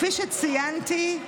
כפי שציינתי,